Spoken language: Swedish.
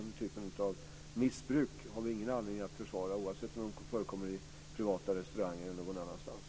Den typen av missbruk har vi ingen anledning att försvara, oavsett om de förekommer i privata restauranger eller någon annanstans.